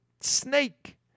snake